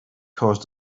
caused